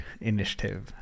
initiative